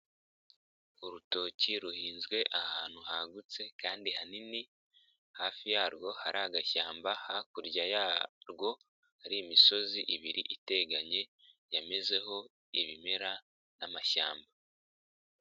Urutoki ruhinzwe ahantu hagutse kandi hanini hafi yarwo hari agashyamba, hakurya yarwo hari imisozi ibiri iteganye yamezeho ibimera n'amashyamba.